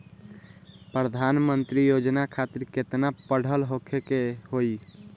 प्रधानमंत्री योजना खातिर केतना पढ़ल होखे के होई?